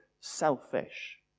Selfish